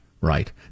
right